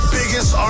biggest